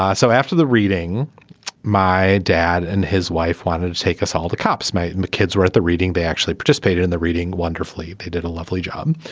ah so after the reading my dad and his wife wanted to take us all the cops and the kids were at the reading they actually participated in the reading wonderfully. they did a lovely job.